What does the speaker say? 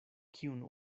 kiun